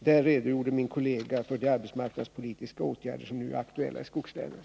Där redogjorde min kollega för de arbetsmarknadspolitiska åtgärder som nu är aktuella i skogslänen.